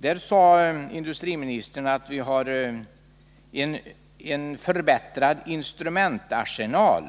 Då sade industriministern att vi har en förbättrad instrumentarsenal,